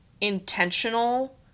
intentional